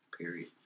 Period